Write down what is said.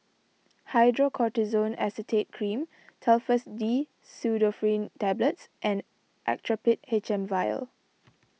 Hydrocortisone Acetate Cream Telfast D Pseudoephrine Tablets and Actrapid H M Vial